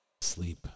Sleep